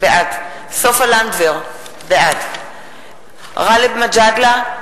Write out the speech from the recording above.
בעד סופה לנדבר, בעד גאלב מג'אדלה,